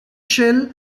shell